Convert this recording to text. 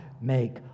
make